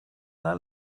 that